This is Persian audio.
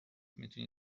میتونی